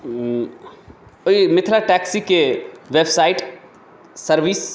ओहि मिथिला टैक्सीके website service